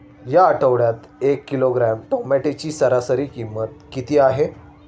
या आठवड्यात एक किलोग्रॅम टोमॅटोची सरासरी किंमत किती आहे?